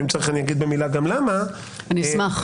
ואם צריך אני אגיד במילה גם למה -- אני אשמח.